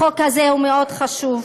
החוק הזה מאוד חשוב.